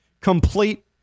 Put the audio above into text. complete